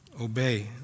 obey